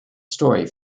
story